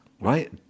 right